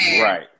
right